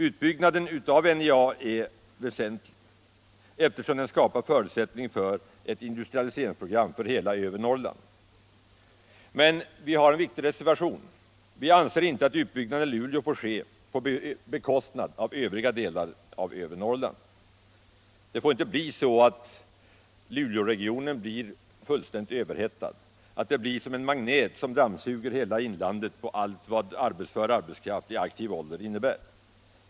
Utbyggnaden av NJA är väsentlig, eftersom den skapar förutsättningar för ett industrialiseringsprogram för hela övre Norrland. Men vi har en viktig reservation: vi anser inte att utbyggnaden i Luleå får ske på bekostnad av övriga delar av övre Norrland. Luleåregionen får inte bli fullständigt överhettad och tjänstgöra som en magnet, som suger till sig all arbetskraft i aktiv ålder i hela inlandet.